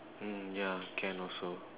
mm yeah can also